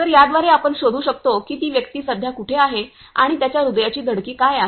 तर याद्वारे आपण शोधू शकतो की ती व्यक्ती सध्या कुठे आहे आणि त्याच्या हृदयाची धडकी काय आहे